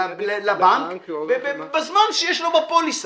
לבנק ובזמן שיש לו בפוליסה.